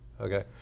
Okay